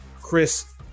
Chris